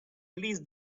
please